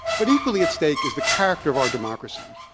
but equally at stake is the character of our democracy.